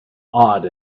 awed